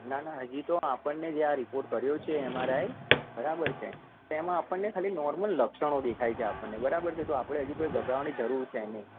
ના ના હજી તો આપણને જે આ રિપોર્ટ કર્યો છે એમ આર આઈ બરાબર છે એમાં આપણને ખાલી નોર્મલ લક્ષણો દેખાય છે આપણને બરોબર છે તો આપણે હજુ કોઈ ગભરાવાની જરૂર છે નહીં